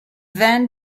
then